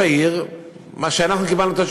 התשובה שקיבלנו היא